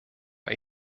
war